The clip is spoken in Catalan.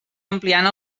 ampliant